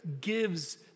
gives